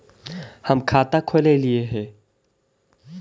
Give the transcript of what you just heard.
हम खाता खोलैलिये हे?